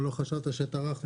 או לא חשבת שטרחנו.